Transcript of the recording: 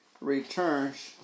returns